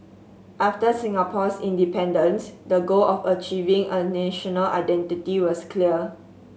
after Singapore's independence the goal of achieving a national identity was clear